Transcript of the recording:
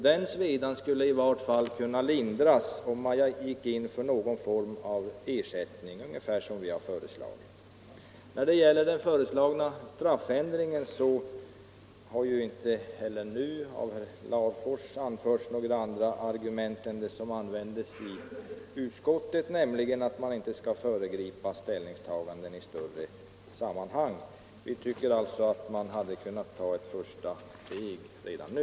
Den svedan skulle i varje fall kunna lindras om man gick in för någon form av ersättning, ungefär så som vi har föreslagit. Mot den föreslagna straffändringen har inte heller herr Larfors anfört några andra argument än de som användes i utskottet, nämligen att man inte skall föregripa ställningstaganden i större sammanhang. Vi tycker alltså att man hade kunnat ta ett första steg redan nu.